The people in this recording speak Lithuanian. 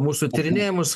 mūsų tyrinėjimus